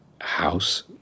house